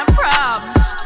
problems